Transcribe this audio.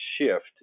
shift